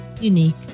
unique